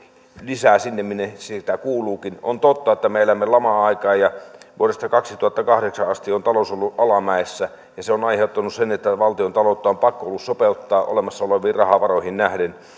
lisää sinne minne sitä kuuluukin on totta että me elämme lama aikaa ja vuodesta kaksituhattakahdeksan asti on talous ollut alamäessä ja se on on aiheuttanut sen että valtiontaloutta on pakko ollut sopeuttaa olemassa oleviin rahavaroihin nähden